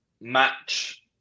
match